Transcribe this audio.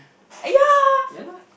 ya lah